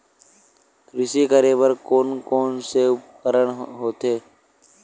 कृषि करेबर कोन कौन से उपकरण होथे?